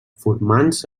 formants